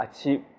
achieve